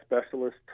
specialist